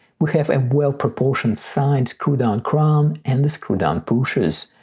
we have a well proportioned signed screw-down crown and the screw-down pushers.